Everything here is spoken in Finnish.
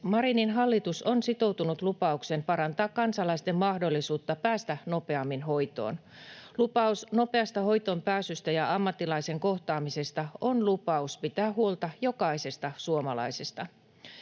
Marinin hallitus on sitoutunut lupaukseen parantaa kansalaisten mahdollisuutta päästä nopeammin hoitoon. Lupaus nopeasta hoitoonpääsystä ja ammattilaisen kohtaamisesta on lupaus pitää huolta jokaisesta suomalaisesta.